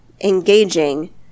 engaging